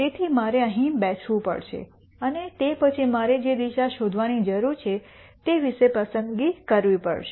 તેથી મારે અહીં બેસવું પડશે અને તે પછી મારે જે દિશા શોધવાની જરૂર છે તે વિશે પસંદગી કરવી પડશે